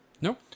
Nope